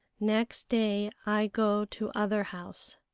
next day i go to other house.